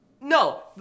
no